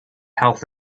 health